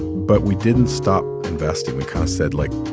but we didn't stop investing. we kind of said, like,